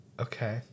Okay